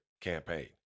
campaign